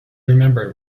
remembered